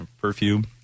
perfume